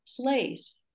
place